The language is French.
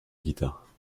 guitare